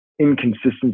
inconsistency